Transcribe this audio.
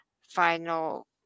final